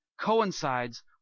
coincides